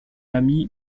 ami